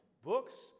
Books